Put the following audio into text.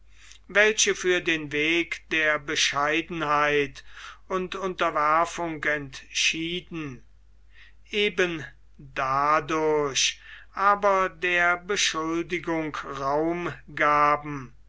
welche für den weg der bescheidenheit und unterwerfung entschieden eben dadurch aber der beschuldigung raum gaben